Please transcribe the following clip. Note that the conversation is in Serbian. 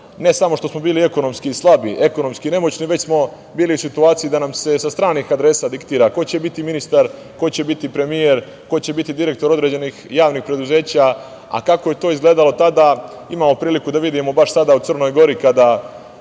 Ne samo što smo bili ekonomski slabi, ekonomski nemoćni, već smo bili u situaciji da nam se sa stranih adresa diktira ko će biti ministar, ko će biti premijer, ko će biti direktor određenih javnih preduzeća. Kako je to izgledalo tada imamo priliku da vidimo baš sada u Crnoj Gori kada